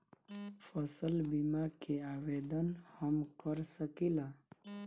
फसल बीमा के आवेदन हम कर सकिला?